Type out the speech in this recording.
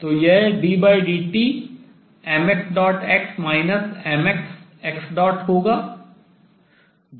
तो यह ddt होगा